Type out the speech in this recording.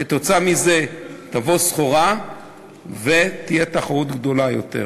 וכתוצאה מזה תבוא סחורה ותהיה תחרות גדולה יותר.